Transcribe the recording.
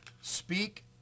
speak